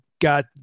got